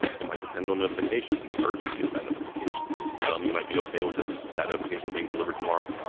it might depend on notification and the urgency of that notification. some you might be okay with it that notification being delivered tomorrow.